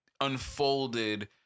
unfolded